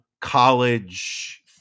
college